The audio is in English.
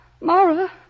Mara